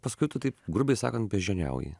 paskui tu taip grubiai sakant beždžioniauji